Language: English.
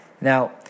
Now